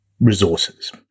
resources